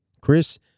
Chris